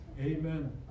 amen